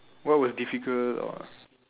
what was difficult or